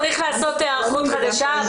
צריך לעשות הערכות חדשה.